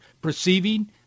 perceiving